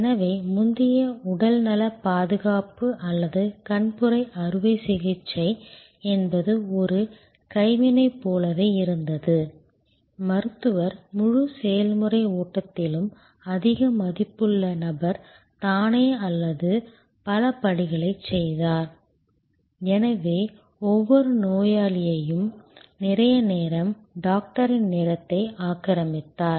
எனவே முந்தைய உடல்நலப் பாதுகாப்பு அல்லது கண்புரை அறுவை சிகிச்சை என்பது ஒரு கைவினைப் போலவே இருந்தது மருத்துவர் முழு செயல்முறை ஓட்டத்திலும் அதிக மதிப்புள்ள நபர் தானே அல்லது தானே பல படிகளைச் செய்தார் எனவே ஒவ்வொரு நோயாளியும் நிறைய நேரம் டாக்டரின் நேரத்தை ஆக்கிரமித்தார்